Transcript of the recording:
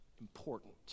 important